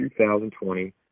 2020